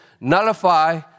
nullify